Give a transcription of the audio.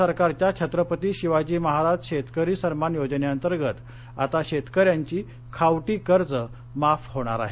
राज्य सरकारच्या छत्रपती शिवाजी महाराज शेतकरी सन्मान योजनेंतर्गत आता शेतकऱ्यांची खावटी कर्ज माफ होणार आहेत